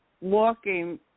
walking